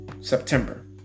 September